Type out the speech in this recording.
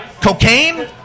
Cocaine